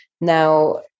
Now